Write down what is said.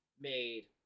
made